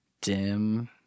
dim